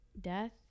death